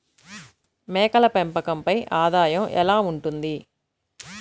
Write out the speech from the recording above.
మేకల పెంపకంపై ఆదాయం ఎలా ఉంటుంది?